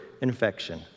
infection